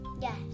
Yes